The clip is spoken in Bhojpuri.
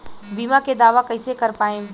बीमा के दावा कईसे कर पाएम?